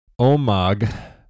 Omag